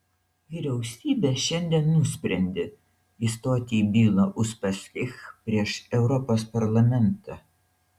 vyriausybė šiandien nusprendė įstoti į bylą uspaskich prieš europos parlamentą